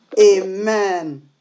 Amen